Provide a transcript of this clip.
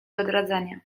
odradzania